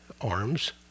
arms